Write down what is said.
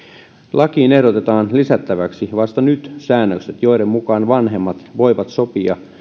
lakiin ehdotetaan lisättäväksi vasta nyt säännökset joiden mukaan vanhemmat voivat sopia